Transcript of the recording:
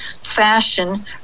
fashion